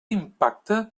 impacte